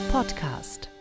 Podcast